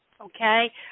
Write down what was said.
okay